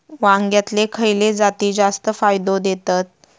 वांग्यातले खयले जाती जास्त फायदो देतत?